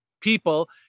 people